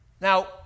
now